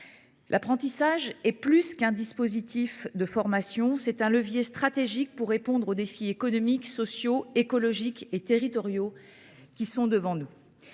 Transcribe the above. L’apprentissage est plus qu’un dispositif de formation : c’est un levier stratégique pour répondre aux défis économiques, sociaux, écologiques et territoriaux qui sont devant nous.